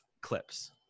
clips